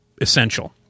essential